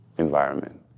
environment